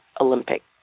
Olympic